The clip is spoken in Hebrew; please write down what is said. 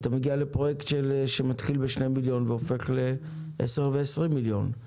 הפרויקט מתחיל מ-2 מיליון שקל והופך ל-10 או 20 מיליון שקל.